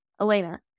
Elena